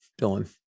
Dylan